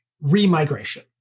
re-migration